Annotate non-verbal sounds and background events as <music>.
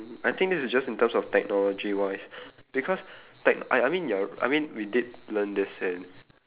mm I think this is just in terms of technology wise <breath> because tec~ I I mean you're I mean we did learn this in